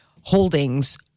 Holdings